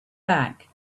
back